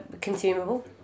consumable